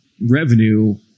revenue